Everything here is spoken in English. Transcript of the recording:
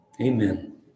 Amen